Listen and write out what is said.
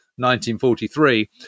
1943